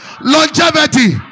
Longevity